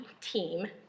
team